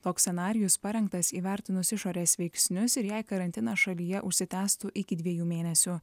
toks scenarijus parengtas įvertinus išorės veiksnius ir jei karantinas šalyje užsitęstų iki dviejų mėnesių